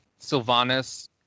Sylvanas